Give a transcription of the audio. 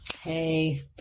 Hey